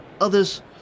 others